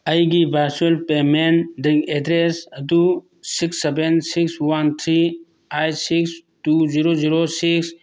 ꯑꯩꯒꯤ ꯕꯔꯆꯨꯌꯦꯜ ꯄꯦꯃꯦꯟ ꯂꯤꯡ ꯑꯦꯗ꯭ꯔꯦꯁ ꯑꯗꯨ six seven six one three eight six two zero zero six